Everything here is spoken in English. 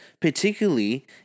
particularly